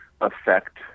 affect